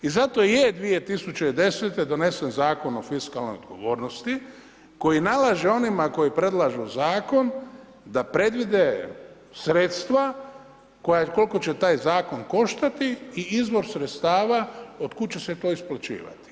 I zato i je 2010. donesen Zakon o fiskalnoj odgovornosti koji nalaže onima koji predlažu Zakon da predvide sredstva koliko će taj Zakon koštati i izvor sredstava odkud će se to isplaćivati.